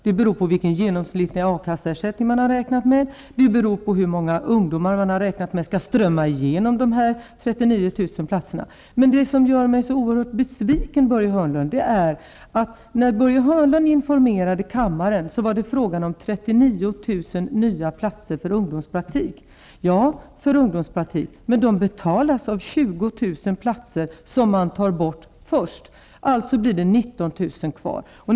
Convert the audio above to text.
Det beror alltså på vilken genomsnittlig A-kasseer sättning man har räknat med, på hur många ung domar man har räknat med skall strömma igenom beträffannde de 39 000 platserna. Det som gör mig oerhört besviken, Börje Hörnlund, är att det när han informerade kammaren var fråga om 39 000 nya platser för ungdomspraktik. Men de betalas genom de 20 000 platser som först tas bort. Det blir alltså 19 000 platser kvar.